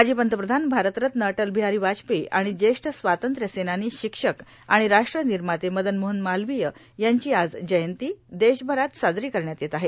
माजी पंतप्रधान भारतरत्न अटल ांबहारां वाजपेयी आण ज्येष्ठ स्वातंत्र्यसेनानी शिक्षक र्आण राष्ट्र र्निमाते मदन मोहन मालवीय यांची जयंती आज देशभरात साजरों करण्यात येत आहे